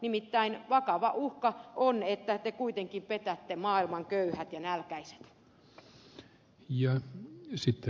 nimittäin vakava uhka on että te kuitenkin petätte maailman köyhät ja nälkäiset